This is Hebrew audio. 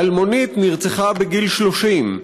אלמונית נרצחה בגיל 30,